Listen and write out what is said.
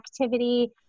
activity